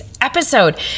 episode